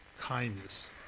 kindness